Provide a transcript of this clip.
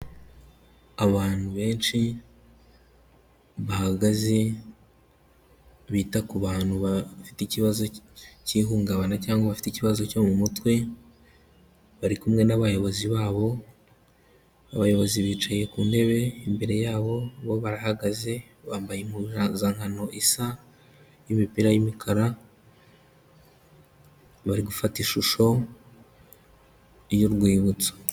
Abantu benshi bahagaze bita ku bantu bafite ikibazo k'ihungabana cyangwa bafite ikibazo cyo mu mutwe, bari kumwe n'abayobozi babo, abayobozi bicaye ku ntebe imbere yabo bo barahagaze, bambaye impuzankano isa y'imipira y'imikara bari gufata ishusho y'urwibutso.